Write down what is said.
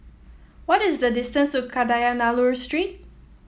what is the distance to Kadayanallur Street